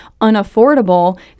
unaffordable